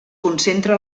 concentra